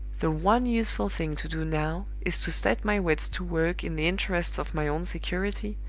the one useful thing to do now is to set my wits to work in the interests of my own security,